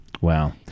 Wow